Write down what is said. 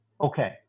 Okay